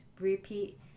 repeat